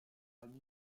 ami